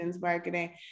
marketing